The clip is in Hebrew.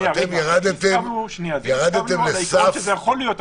אתם ירדתם לסף --- הסכמנו על העיקרון שזה יכול להיות,